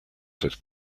said